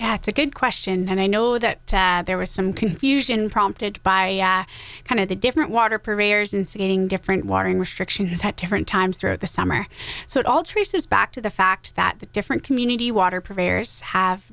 a good question and i know that there was some confusion prompted by kind of the different water purveyors instigating different watering restrictions had different times throughout the summer so it all traces back to the fact that the different community water purveyors have